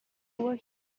poor